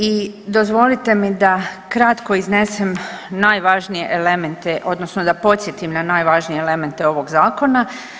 I dozvolite mi da kratko iznesem najvažnije elemente odnosno da podsjetim na najvažnije elemente ovog zakona.